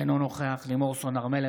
אינו נוכח לימור סון הר מלך,